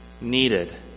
needed